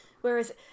Whereas